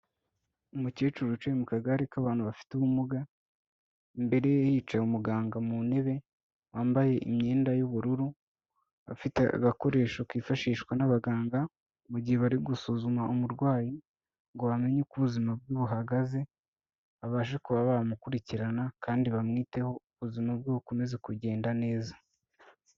Umukecuru wicaye mu kagare k'abantu bafite ubumuga, imbere ye hicaye umuganga mu ntebe wambaye imyenda y'ubururu, afite agakoresho kifashishwa n'abaganga mu gihe bari gusuzuma umurwayi ngo bamenye uko ubuzima bwe buhagaze, babashe kuba bamukurikirana kandi bamwiteho ubuzima bwe bukomeza kugenda neza.